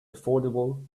affordable